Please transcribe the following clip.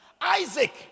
Isaac